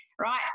right